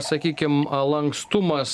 sakykim lankstumas